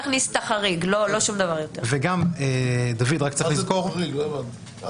הכול לצורך התייעלות וייעול וניצול זמן מיטבי בוועדת הבחירות.